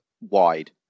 wide